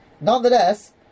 Nonetheless